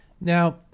Now